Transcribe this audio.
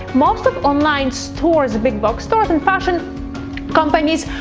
most of online stores, big box stores and fashion companies,